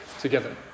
together